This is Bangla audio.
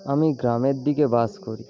আমি গ্রামের দিকে বাস করি